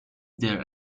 there